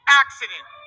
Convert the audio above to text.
accident